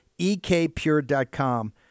ekpure.com